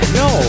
no